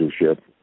leadership